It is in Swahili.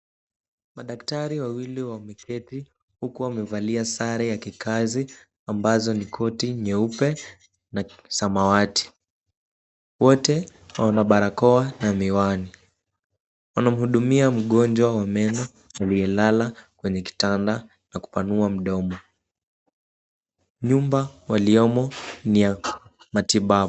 Madaktari wawili wameketi huku wamevalia sare ya kikazi ambazo ni koti nyeupe na samawati. Wote wana barakoa na miwani. Wanamhudumia mgonjwa wa meno aliyelala kwenye kitanda na kupanua mdomo. Nyumba waliyomo ni ya matibabu.